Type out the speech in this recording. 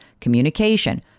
communication